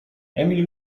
emil